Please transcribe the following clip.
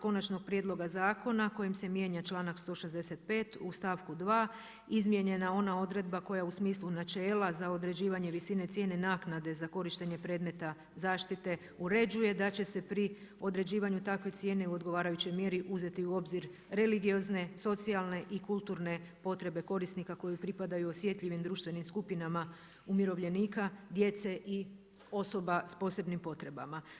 Konačnog prijedloga zakona kojim se mijenja članak 165. u stavku 2. izmijenjena ona odredba koja u smislu načela za određivanje visine cijene naknade za korištenje predmeta zaštite uređuje da će se pri određivanju takve cijene u odgovarajućoj mjeri uzeti u obzir religiozne, socijalne i kulturne potrebe korisnika koje pripadaju osjetljivim društvenim skupinama umirovljenika, djece i osoba sa posebnim potrebama.